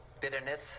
bitterness